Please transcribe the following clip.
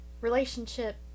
relationship